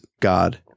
God